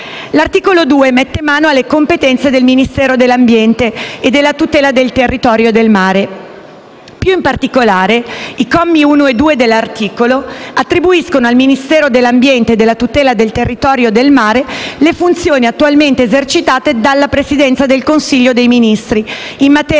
L'articolo 2 mette mano alle competenze del Ministero dell'ambiente e della tutela del territorio e del mare. Più in particolare, i commi 1 e 2 dell'articolo attribuiscono al Ministero dell'ambiente e della tutela del territorio e del mare le funzioni attualmente esercitate dalla Presidenza del Consiglio dei ministri in materia